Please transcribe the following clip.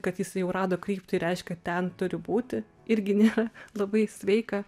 kad jisai jau rado kryptį reiškia ten turi būti irgi nėra labai sveika